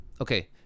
okay